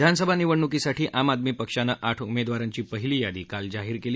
विधानसभा निवडणुकीसाठी आम आदमी पक्षानं आठ उमेदवारांची पहिली यादी काल जाहीर केली